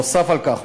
נוסף על כך,